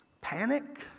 panic